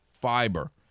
fiber